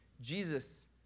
Jesus